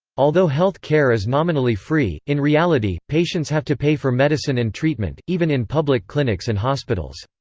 although health care is nominally free, in reality, patients have to pay for medicine and treatment, even in public clinics and hospitals.